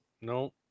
no